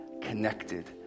connected